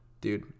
dude